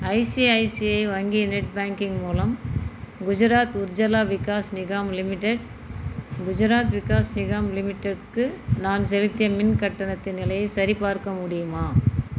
ICICI வங்கி net banking மூலம் Gujarat Urja Vikas Nigam limited Gujarat Vikas Nigam லிமிடெட்டுக்கு நான் செலுத்திய மின் கட்டணத்தின் நிலையைச் சரிப்பார்க்க முடியுமா